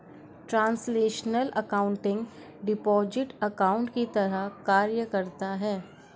translational accounting deposit account की तरह कार्य करता है